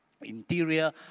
interior